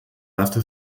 after